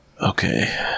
Okay